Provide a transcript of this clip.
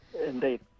Indeed